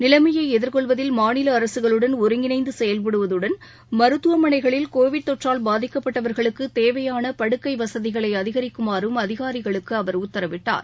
நிலைமைஎதிர்கொள்வதில் மாநிலஅரசுகளுடன் ஒருங்கிணைந்துசெயல்படுவதுடன் கோவிட் மருத்துவமனைகளில் தொற்றால் பாதிக்கப்பட்டவர்களுக்குத் தேவையானபடுக்கைவசதிகனைஅதிகரிக்குமாறும் அதிகாரிகளுக்குஅவர் உத்தரவிட்டார்